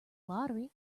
lottery